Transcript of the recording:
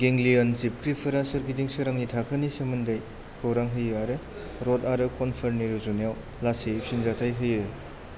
ganglion जिबख्रिफोरा सोरगिदिं सोरांनि थाखोनि सोमोन्दै खौरां होयो आरो रड आरो कनफोरनि रुजुनायाव लासैयै फिनजाथाय होयो